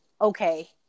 okay